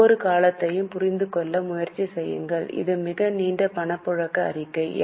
ஒவ்வொரு காலத்தையும் புரிந்து கொள்ள முயற்சி செய்யுங்கள் இது மிக நீண்ட பணப்புழக்க அறிக்கை